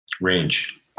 range